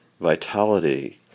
vitality